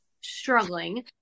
struggling